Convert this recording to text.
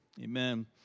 amen